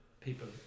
people